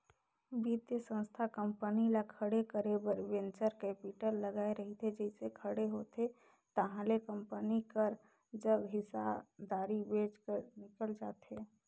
बित्तीय संस्था कंपनी ल खड़े करे बर वेंचर कैपिटल लगाए रहिथे जइसे खड़े होथे ताहले कंपनी कर जग हिस्सादारी बेंच कर निकल जाथे